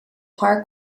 park